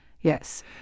Yes